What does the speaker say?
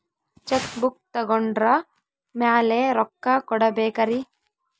Check book ತೊಗೊಂಡ್ರ ಮ್ಯಾಲೆ ರೊಕ್ಕ ಕೊಡಬೇಕರಿ?